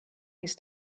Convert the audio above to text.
his